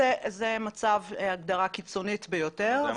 זאת הגדרה קיצונית ביותר.